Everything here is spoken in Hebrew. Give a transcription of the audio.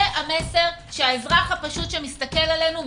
זה המסר שהאזרח הפשוט שמסתכל עלינו מבין.